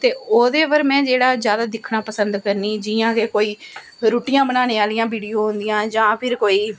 ते ओह्दे उप्पर में जेह्ड़ा जादै दिक्खना पसंद करनी जियां कि कोई रुट्टियां बनाने आह्लियां वीडियो होंदियां जां कोई